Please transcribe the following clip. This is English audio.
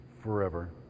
forever